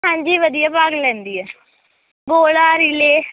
ਹਾਂਜੀ ਵਧੀਆ ਭਾਗ ਲੈਂਦੀ ਹੈ ਗੋਲਾ ਰਿਲੇਅ